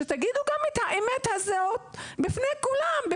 תגידו גם את האמת הזאת בפני כולם,